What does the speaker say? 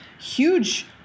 huge